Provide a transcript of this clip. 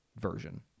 version